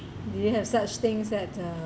do you have such things that uh